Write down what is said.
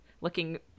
looking